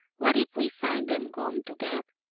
what if we find them gone to bed?